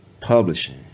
publishing